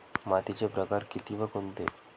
मातीचे प्रकार किती व कोणते?